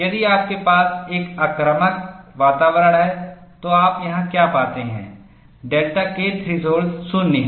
यदि आपके पास एक आक्रामक वातावरण है तो आप यहां क्या पाते हैं डेल्टा K थ्रेशोल्ड 0 है